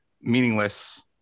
meaningless